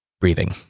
breathing